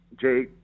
Jay